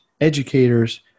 educators